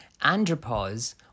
andropause